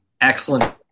Excellent